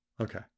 Okay